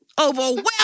Overwhelmed